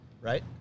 right